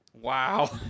Wow